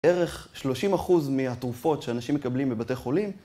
בערך 30% מהתרופות שאנשים מקבלים בבתי חולים